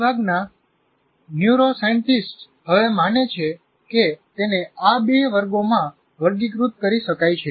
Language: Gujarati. મોટાભાગના ન્યુરોસાયન્ટિસ્ટો હવે માને છે કે તેને આ બે વર્ગોમાં વર્ગીકૃત કરી શકાય છે